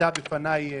שהעלתה בפניי,